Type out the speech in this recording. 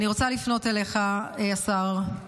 אני רוצה לפנות אליך, השר,